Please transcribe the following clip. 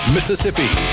Mississippi